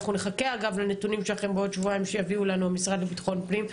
אנחנו נחכה לנתונים בעוד שבועיים שיביאו לנו המשרד לביטחון פנים.